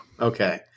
Okay